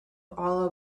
all